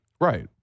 Right